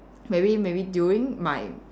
maybe maybe during my